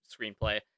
screenplay